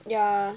yeah